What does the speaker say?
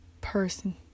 person